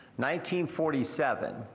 1947